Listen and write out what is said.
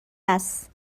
هست